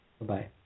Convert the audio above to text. Bye-bye